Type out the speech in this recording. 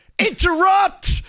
interrupt